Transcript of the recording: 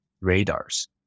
radars